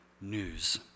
news